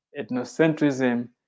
ethnocentrism